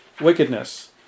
wickedness